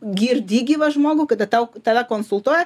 girdi gyvą žmogų kada tau tave konsultuoja